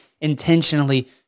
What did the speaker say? intentionally